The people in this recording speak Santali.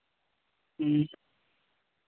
ᱦᱮᱸ